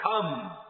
come